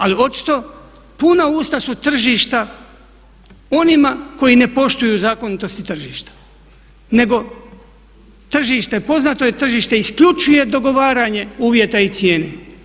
Ali očito puna usta su tržišta onima koji ne poštuju zakonitosti tržišta, nego tržište, poznato je tržište isključuje dogovaranje uvjeta i cijene.